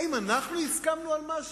האם אנחנו הסכמנו על משהו?